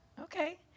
okay